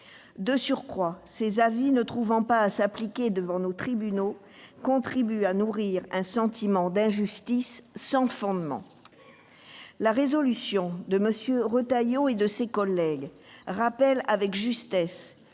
De surcroît, ses avis, ne trouvant pas à s'appliquer devant nos tribunaux, contribuent à nourrir un sentiment d'injustice sans fondement. La proposition de résolution de M. Retailleau et de ses collègues rappelle, avec justesse,